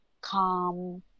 calm